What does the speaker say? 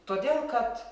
todėl kad